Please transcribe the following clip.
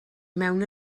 mewn